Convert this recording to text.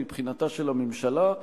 מבחינתה של הממשלה,